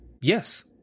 Yes